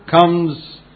comes